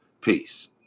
Peace